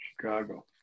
Chicago